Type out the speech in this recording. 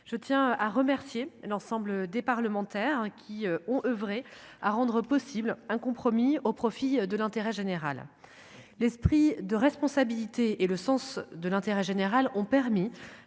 je tiens à remercier l'ensemble des parlementaires qui ont oeuvré à rendre possible un compromis au profit de l'intérêt général, l'esprit de responsabilité et le sens de l'intérêt général, ont permis